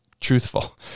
truthful